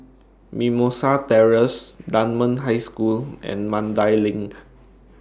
Mimosa Terrace Dunman High School and Mandai LINK